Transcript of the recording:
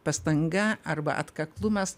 pastanga arba atkaklumas